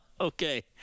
Okay